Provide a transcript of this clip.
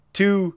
two